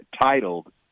titled